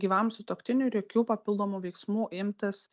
gyvam sutuoktiniui ir jokių papildomų veiksmų imtis